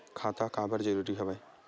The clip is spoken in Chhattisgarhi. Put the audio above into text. खाता का बर जरूरी हवे?